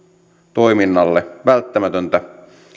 toiminnalle välttämätöntä